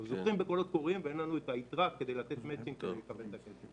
קיבלתי כקבלת פנים את העלאת המדד.